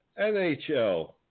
NHL